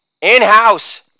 in-house